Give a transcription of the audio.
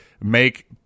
make